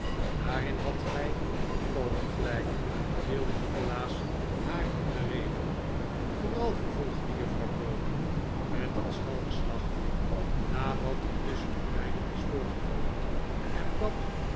daarin hadt gij volkomen gelijk viel nikolaas haar in de rede vooral vervolgde juffrouw browdie met een schalksch lachje na wat er tusschen u beiden is voorgevallen en dat